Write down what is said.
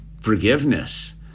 forgiveness